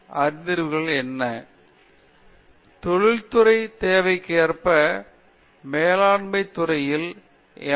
பேராசிரியர் உஷா மோகன் ஆமாம் தொழிற்துறை தேவைக்கேற்ப மேலாண்மை துறையில் எம்